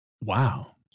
Wow